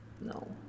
No